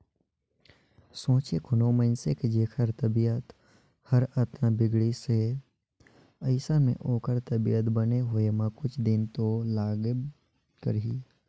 सोंचे कोनो मइनसे के जेखर तबीयत हर अतना बिगड़िस हे अइसन में ओखर तबीयत बने होए म कुछ दिन तो लागबे करही